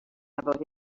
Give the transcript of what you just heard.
about